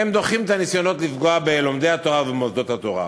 הם דוחים את הניסיונות לפגוע בלומדי התורה ובמוסדות התורה.